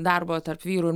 darbo tarp vyrų ir